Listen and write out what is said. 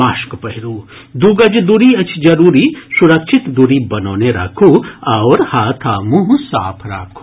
mask पहिरू दू गज दूरी अछि जरूरी सुरक्षित दूरी बनौने राखू आओर हाथ आ मुंह साफ राखू